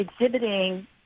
exhibiting